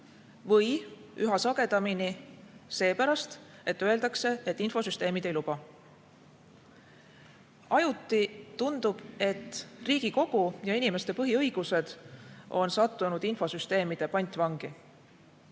või üha sagedamini seepärast, et öeldakse: infosüsteemid ei luba. Ajuti tundub, et Riigikogu ja inimeste põhiõigused on sattunud infosüsteemide pantvangi.